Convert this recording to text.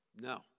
No